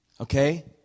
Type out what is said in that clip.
Okay